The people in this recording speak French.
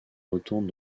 retourne